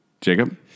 Jacob